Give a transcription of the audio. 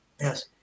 Yes